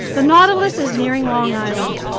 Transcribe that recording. the nautilus is nearing long island.